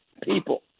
people